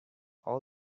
all